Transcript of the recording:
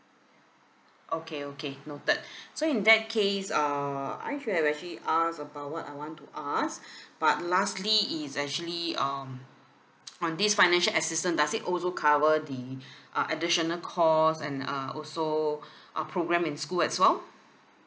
okay okay noted so in that case err I feel I've actually asked about what I want to ask but lastly it's actually um on this financial assistance does it also cover the uh additional course and uh also uh program in school as well